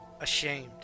ashamed